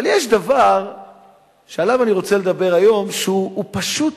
אבל יש דבר שעליו אני רוצה לדבר היום, שהוא פשוט,